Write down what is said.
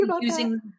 using